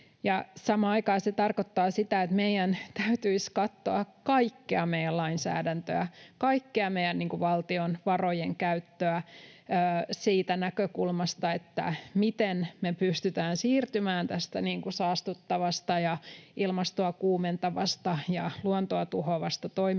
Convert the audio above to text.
Samaan aikaan se tarkoittaa sitä, että meidän täytyisi katsoa kaikkea meidän lainsäädäntöä, kaikkea meidän valtion varojen käyttöä siitä näkökulmasta, miten me pystytään siirtymään tästä saastuttavasta ja ilmastoa kuumentavasta ja luontoa tuhoavasta toiminnasta